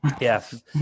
yes